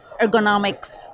ergonomics